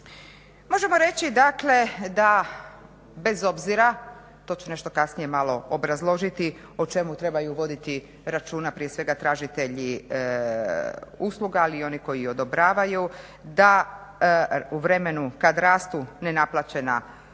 Možemo reći dakle da bez obzira, to ću nešto kasnije malo obrazložiti o čemu trebaju voditi računa, prije svega tražitelji usluga, ali i oni koji ih odobravaju, da u vremenu kad rastu nenaplaćena